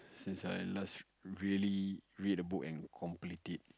since I last really read a book and complete it